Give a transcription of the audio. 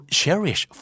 cherish